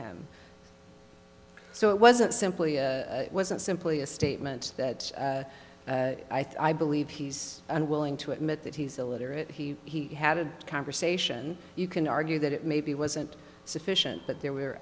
him so it wasn't simply wasn't simply a statement that i believe he's unwilling to admit that he's illiterate he had a conversation you can argue that it maybe wasn't sufficient but there were